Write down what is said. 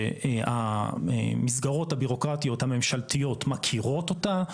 שהמסגרות הבירוקרטיות הממשלתיות מכירות אותה,